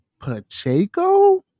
Pacheco